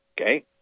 Okay